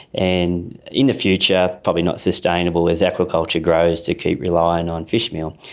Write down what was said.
and in the future probably not sustainable as aquaculture grows to keep relying on fish meal.